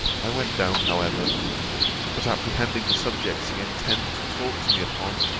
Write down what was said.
i went down however but, apprehending the subject she intended to talk to me upon,